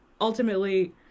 ultimately